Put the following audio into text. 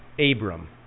Abram